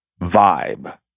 vibe